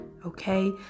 Okay